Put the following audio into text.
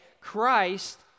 Christ